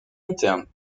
interne